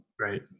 right